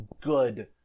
good